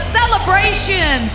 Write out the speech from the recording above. celebration